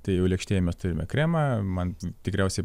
tai jau lėkštėje mes turime kremą man tikriausiai